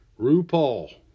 RuPaul